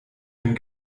dem